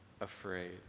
afraid